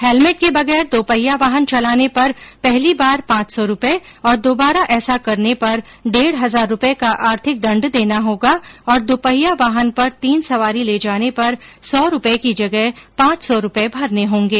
helmet के बगैर दोपहिया वाहन चलाने पर पहली बार पांच सौ रुपये और दोबारा ऐसा करने पर डेढ़ हजार रुपये का आर्थिक दंड देना होगा और दुपहिया वाहन पर तीन सवारी ले जाने पर सौ रुपये की जगह पांच सौ रुपये भरने होंगे